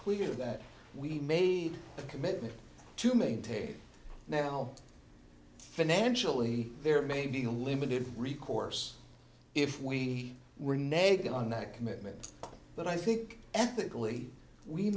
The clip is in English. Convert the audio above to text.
clear that we made a commitment to maintain now financially there may be limited recourse if we were negative on that commitment but i think ethically we